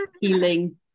healing